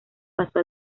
pasó